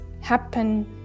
happen